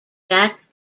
jack